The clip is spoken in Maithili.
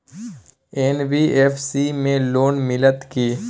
एन.बी.एफ.सी में लोन मिलते की?